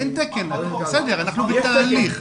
אין תקן, בסדר, אנחנו בתהליך.